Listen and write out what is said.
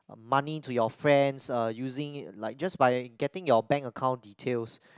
money to your friends uh using it like just by getting your bank account details